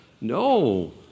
No